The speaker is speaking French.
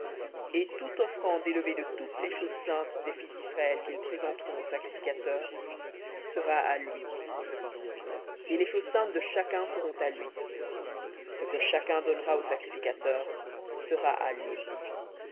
et toute offrande élevée de toutes les choses saintes des fils d'israël qu'ils présenteront au sacrificateur sera à lui et les choses saintes de chacun seront à lui ce que chacun donnera au sacrificateur sera à lui